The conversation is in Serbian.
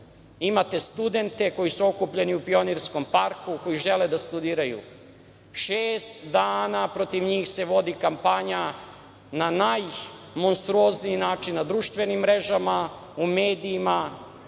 Imate studente koji su okupljeni u Pionirskom parku, koji žele da studiraju. Šest dana protiv njih se vodi kampanja na najmonstruozniji način, na društvenim mrežama, u medijima.